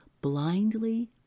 blindly